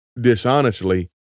dishonestly